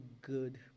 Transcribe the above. good